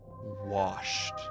washed